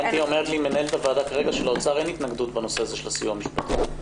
אומרת לי מנהלת הוועדה כרגע שלאוצר אין התנגדות בנושא הסיוע המשפטי.